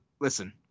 listen